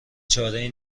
چارهای